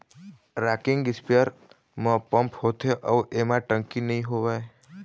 rocking sprayer म pump होथे अउ एमा टंकी नइ होवय